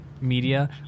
media